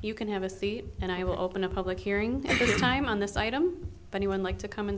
you can have a seat and i will open a public hearing time on this item but he would like to come and